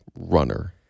runner